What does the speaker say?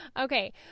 Okay